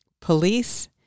police